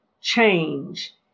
change